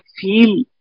feel